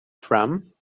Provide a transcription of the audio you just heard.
from